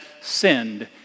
sinned